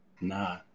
Nah